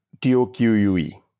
T-O-Q-U-E